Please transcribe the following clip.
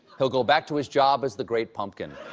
we'll go back to his job as the great pumpkin.